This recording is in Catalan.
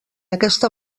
aquesta